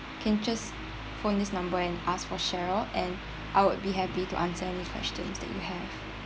can just phone this number and ask for cheryl and I would be happy to answer any question that you have